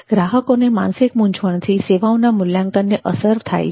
ગ્રાહકોને માનસિક મુંઝવણથી સેવાઓના મૂલ્યાંકનને અસર થાય છે